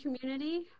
community